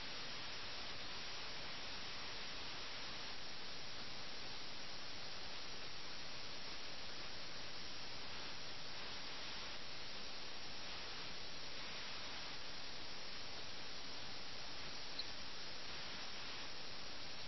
അവധ് പോലെയുള്ള ഒരു വലിയ രാജ്യത്തിന്റെ രാജാവ് അവധ് സമ്പന്നമായിരുന്നു അത് വളരെ വലുതായിരുന്നു പക്ഷേ രാജാവ് ഒരു തടവുകാരനെപ്പോലെ ആട്ടിയോടിക്കപ്പെട്ടു